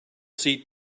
see